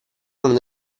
non